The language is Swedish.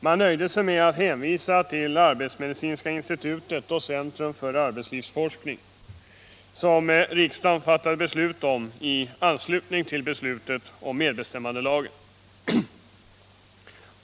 Man nöjde sig med att hänvisa till arbetsmedicinska institutet och det centrum för arbetslivsfrågor som riksdagen fattade beslut om i anslutning till beslutet om medbestämmandelagen.